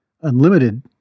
unlimited